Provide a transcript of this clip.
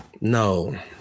No